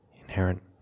inherent